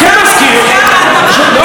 תמך בזה, לא, אני אזכיר אותו.